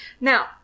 now